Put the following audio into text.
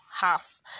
half